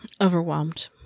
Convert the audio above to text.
Overwhelmed